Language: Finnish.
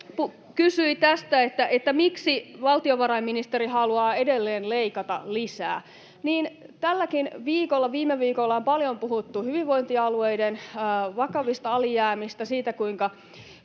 kysyi tästä, miksi valtiovarainministeri haluaa edelleen leikata lisää. Tälläkin viikolla ja viime viikolla on paljon puhuttu hyvinvointialueiden vakavista alijäämistä ja siitä, kuinka